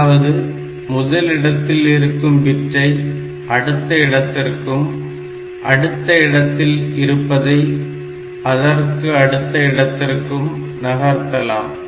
அதாவது முதலிடத்தில் இருக்கும் பிட்டை அடுத்த இடத்திற்கும் அடுத்த இடத்தில் இருப்பதை அதற்கு அடுத்த இடத்திற்கு நகர்த்தலாம்